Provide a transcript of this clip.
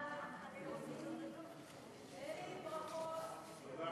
סעיף 1 נתקבל.